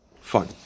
fun